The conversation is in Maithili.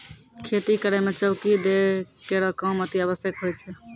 खेती करै म चौकी दै केरो काम अतिआवश्यक होय छै